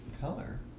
color